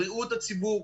בריאות הציבור?